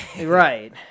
Right